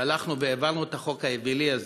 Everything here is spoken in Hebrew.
והלכנו והעברנו את החוק האווילי הזה,